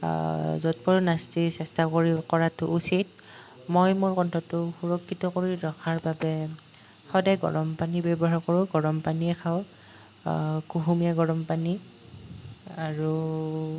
যৎপৰোনাস্তি চেষ্টা কৰি কৰাটো উচিত মই মোৰ কণ্ঠটো সুৰক্ষিত কৰি ৰখাৰ বাবে সদায় গৰম পানী ব্যৱহাৰ কৰোঁ গৰম পানীয়েই খাওঁ কুহুমীয়া গৰম পানী আৰু